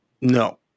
no